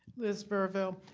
liz verville.